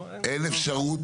אין אפשרות